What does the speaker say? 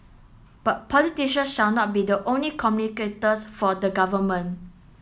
but politician should not be the only communicators for the government